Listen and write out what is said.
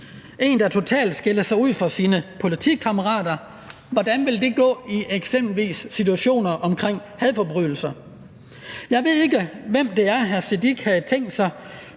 en, der totalt skiller sig ud fra sine politikammerater: Hvordan vil det gå i eksempelvis situationer omkring hadforbrydelser? Jeg ved ikke, hvem det er, hr. Sikandar Siddique har tænkt sig